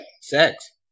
Sex